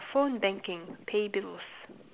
phone banking pay bills